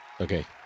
Okay